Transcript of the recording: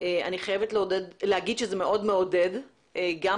אני חייבת להגיד שזה מאוד מאוד מעודד ברמת